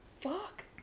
Fuck